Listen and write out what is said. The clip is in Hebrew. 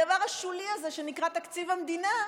הדבר השולי הזה שנקרא תקציב המדינה,